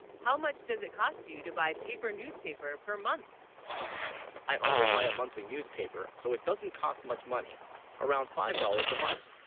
how much does it cost you to buy, paper, newspaper, per month i only, buy a monthly newspaper so it doesn't cost much money around five dollars a month